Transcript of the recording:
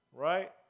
Right